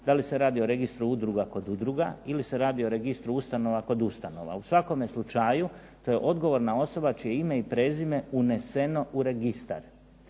da li se radi o registru udruga kod udruga ili se radi o registru ustanova kod ustanova. U svakome slučaju to je odgovorna osoba čije je ime i prezime uneseno u registar.